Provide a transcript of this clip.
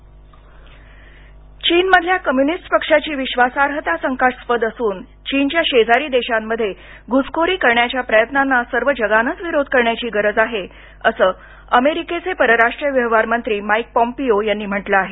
चीन घुसखोरी चीनमधल्या कम्युनिस्ट कमुनिस्ट पक्षाची विश्वासार्हता शंकास्पद असून चीनच्या शेजारी देशांमध्ये घुसखोरी करण्याच्या प्रयत्नांना सर्व जगानंच विरोध करण्याची गरज आहे असं अमेरिकेचे परराष्ट्र व्यवहार मंत्री माइक पॉम्पीओ यांनी म्हटलं आहे